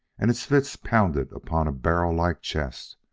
and its fists pounded upon a barrel-like chest,